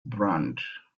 brand